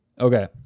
Okay